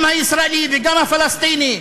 גם הישראלי וגם הפלסטיני,